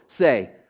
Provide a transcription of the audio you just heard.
say